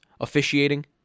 officiating